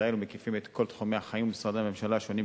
ישראל ומקיפים את כל תחומי החיים ומשרדי הממשלה השונים,